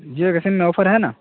جیو کی سم میں آفر ہے نا